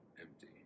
empty